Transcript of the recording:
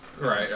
Right